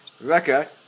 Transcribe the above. Rebecca